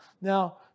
Now